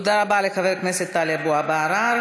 תודה רבה לחבר הכנסת טלב אבו עראר.